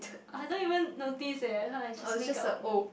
I don't even notice leh I just wake up only